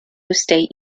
state